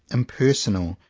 impersonal,